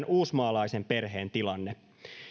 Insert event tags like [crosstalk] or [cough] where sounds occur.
[unintelligible] uusimaalaisen perheen tilanne